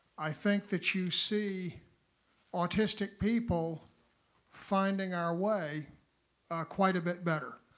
i think that you see autistic people finding our way quite a bit better.